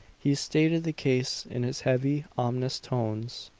he stated the case in his heavy, ominous tones